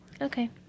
Okay